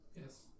Yes